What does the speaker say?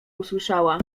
usłyszała